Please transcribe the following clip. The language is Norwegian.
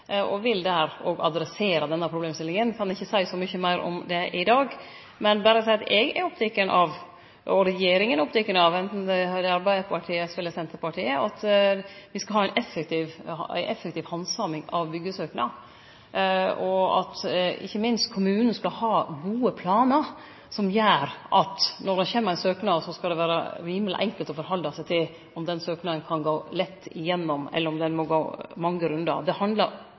og vil der òg adressere denne problemstillinga. Eg kan ikkje seie så mykje meir om det i dag, men berre seie at eg er oppteken av – og regjeringa er oppteken av, anten det er i Arbeidarpartiet, i SV eller i Senterpartiet – at me skal ha ei effektiv handsaming av byggjesøknad, og av at ikkje minst kommunane skal ha gode planar som gjer at når det kjem ein søknad, skal det vere rimeleg enkelt å sjå på om den søknaden kan gå lett gjennom, eller om han må gå mange rundar. Det handlar særdeles mykje om